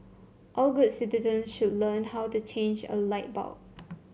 all good citizen should learn how to change a light bulb